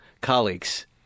colleagues